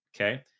okay